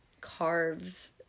carves